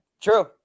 true